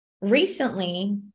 recently